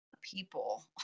people